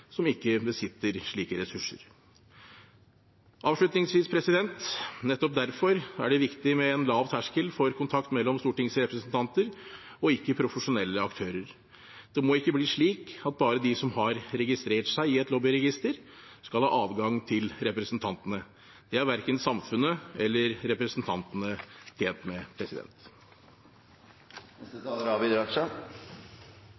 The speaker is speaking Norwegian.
som ikke besitter slike ressurser. Avslutningsvis: Nettopp derfor er det viktig med en lav terskel for kontakt mellom stortingsrepresentanter og ikke-profesjonelle aktører. Det må ikke bli slik at bare de som har registrert seg i et lobbyregister, skal ha adgang til representantene. Det er verken samfunnet eller representantene tjent med.